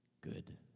good